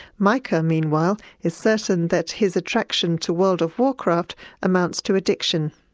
mica meanwhile is certain that his attraction to world of warcraft amounts to addiction.